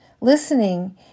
listening